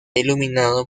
iluminado